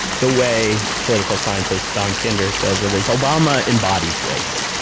the way political scientist don kinder says it is, obama embodies race.